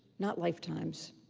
not lifetimes.